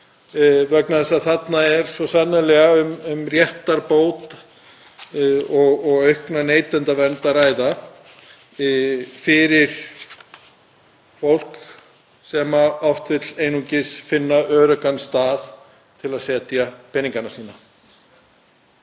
vegna þess að hér er svo sannarlega um réttarbót og aukna neytendavernd að ræða fyrir fólk sem oft vill einungis finna öruggan stað fyrir peningana sína.